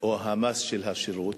או המס של השירות,